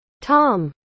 Tom